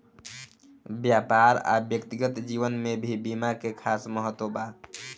व्यापार आ व्यक्तिगत जीवन में भी बीमा के खास महत्व बा